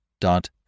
dot